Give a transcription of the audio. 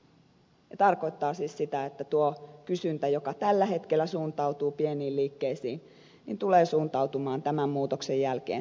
se tarkoittaa siis sitä että tuo kysyntä joka tällä hetkellä suuntautuu pieniin liikkeisiin tulee suuntautumaan tämän muutoksen jälkeen suuriin liikkeisiin